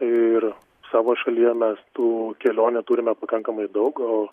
ir savo šalyje mes tų kelionių turime pakankamai daug gal